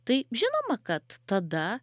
tai žinoma kad tada